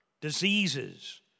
diseases